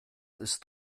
ist